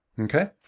okay